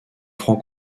francs